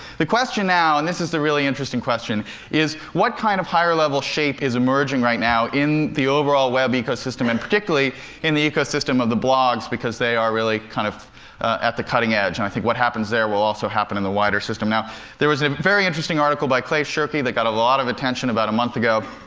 the question now and this is the really interesting question is, what kind of higher-level shape is emerging right now in the overall web ecosystem and particularly in the ecosystem of the blogs because they are really kind of at the cutting edge. and i think what happens there will also happen in the wider system. now there was a very interesting article by clay shirky that got a lot of attention about a month ago,